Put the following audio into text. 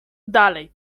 dalej